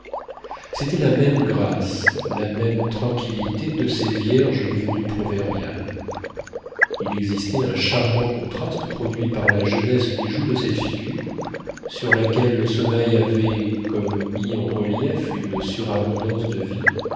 c'était la même grâce la même tranquillité de ces vierges devenues proverbiales il existait un charmant contraste produit par la jeunesse des joues de cette figure sur laquelle le sommeil avait comme mis en relief une surabondance de vie